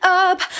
up